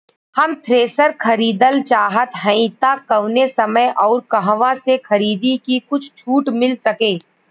हम थ्रेसर खरीदल चाहत हइं त कवने समय अउर कहवा से खरीदी की कुछ छूट मिल सके?